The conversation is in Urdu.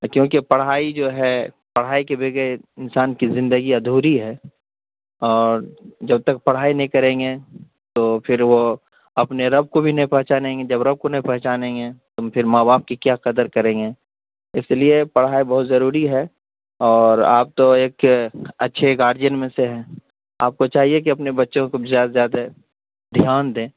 کیونکہ پڑھائی جو ہے پڑھائی کے بغیر انسان کی زندگی ادھوری ہے اور جب تک پڑھائی نہیں کریں گے تو پھر وہ اپنے رب کو بھی نہیں پہچانیں گے جب رب کو نہیں پہنچانیں گے تم پھر ماں باپ کی کیا قدر کریں گے اس لیے پڑھائی بہت ضروری ہے اور آپ تو ایک اچھے گارجین میں سے ہیں آپ کو چاہیے کہ اپنے بچوں کو زیادہ سے زیادہ دھیان دیں